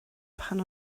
pan